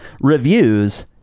reviews